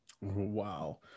wow